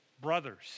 brothers